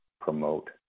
promote